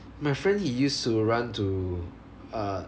my friend he used to run to err